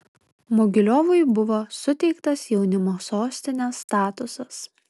mogiliovui buvo suteiktas jaunimo sostinės statusas